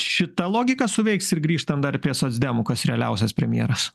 šita logika suveiks ir grįžtant dar prie socdemų kas realiausias premjeras